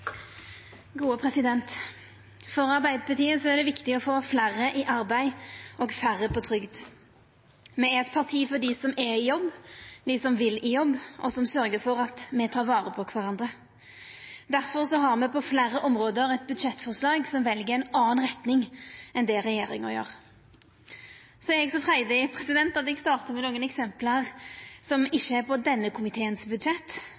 For Arbeidarpartiet er det viktig å få fleire i arbeid og færre på trygd. Arbeidarpartiet er eit parti for dei som er i jobb, dei som vil i jobb, og som sørgjer for at me tek vare på kvarandre. Difor har me på fleire område eit budsjettforslag som vel ei anna retning enn det regjeringa gjer. Så er eg så freidig at eg startar med nokre eksempel som